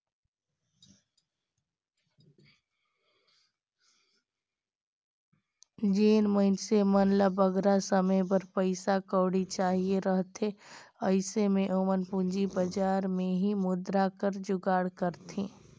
जेन मइनसे मन ल बगरा समे बर पइसा कउड़ी चाहिए रहथे अइसे में ओमन पूंजी बजार में ही मुद्रा कर जुगाड़ करथे